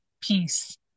peace